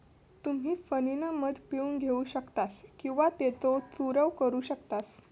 तुम्ही फणीनं मध पिळून घेऊ शकतास किंवा त्येचो चूरव करू शकतास